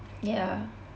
ya